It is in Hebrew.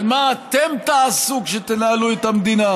על מה אתם תעשו כשתנהלו את המדינה,